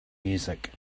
music